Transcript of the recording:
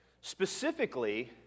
Specifically